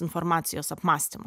informacijos apmąstymui